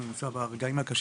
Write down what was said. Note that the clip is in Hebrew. לא נגיע למצבים כאלה